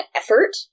effort